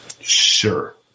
Sure